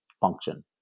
function